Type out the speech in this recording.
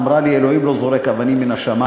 אמרה לי: אלוהים לא זורק אבנים מהשמים.